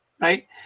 right